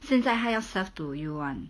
现在他要 serve to you [one]